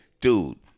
dude